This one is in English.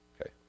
Okay